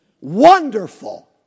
wonderful